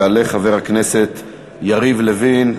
יעלה חבר הכנסת יריב לוין.